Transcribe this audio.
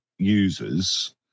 users